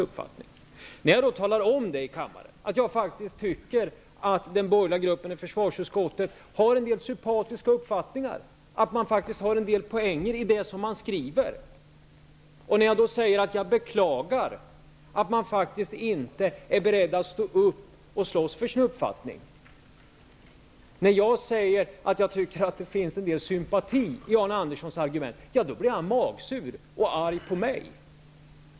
När jag här i kammaren talar om att jag faktiskt tycker att den borgerliga gruppen i försvarsutskottet har en del sympatiska uppfattningar och en del poänger i det som man skriver och när jag beklagar att man faktiskt inte är beredd att stå upp och slåss för sin mening, blir Arne Andersson magsur och arg på mig.